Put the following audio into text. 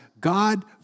God